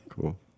Cool